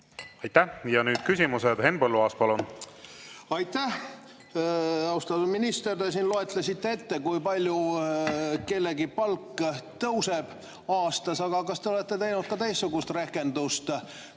Aitäh! Ja nüüd küsimused. Henn Põlluaas, palun! Aitäh! Austatud minister! Te siin lugesite ette, kui palju kellegi palk tõuseb aastas. Aga kas te olete teinud ka teistsugust rehkendust,